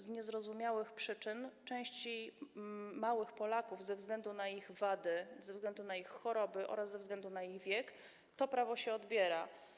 Z niezrozumiałych przyczyn części małych Polaków ze względu na ich wady, ze względu na ich choroby oraz ze względu na ich wiek to prawo się odbiera.